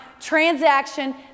transaction